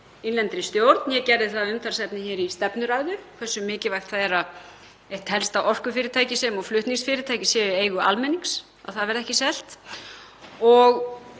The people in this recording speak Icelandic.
innlendri stjórn. Ég gerði það að umtalsefni í stefnuræðu hversu mikilvægt það er að eitt helsta orkufyrirtækið sem og flutningsfyrirtækið sé í eigu almennings, að það verði ekki selt. Ég